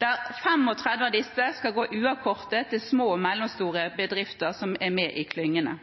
der 35 mill. kr av disse skal gå uavkortet til små og mellomstore bedrifter som er med i klyngene.